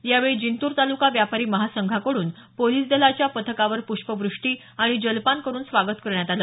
यावेळी जिंतूर तालुका व्यापारी महासंघाकडून पोलीस दलाच्या पथकावर प्ष्पव्रष्टी आणि जलपान करून स्वागत करण्यात आलं